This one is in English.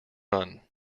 run